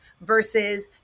versus